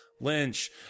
Lynch